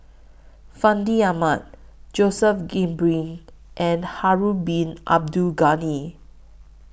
Fandi Ahmad Joseph Grimberg and Harun Bin Abdul Ghani